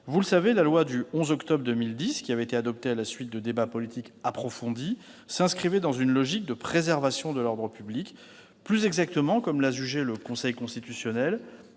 Vous le savez, la loi du 11 octobre 2010, adoptée à la suite de débats politiques approfondis, s'inscrivait dans une logique de préservation de l'ordre public, plus exactement, comme l'a jugé le Conseil constitutionnel,